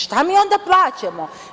Šta mi onda plaćamo?